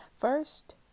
First